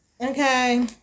Okay